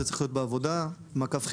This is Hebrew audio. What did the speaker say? זה צריך להיות במשרדי העבודה והחינוך.